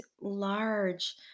large